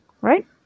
right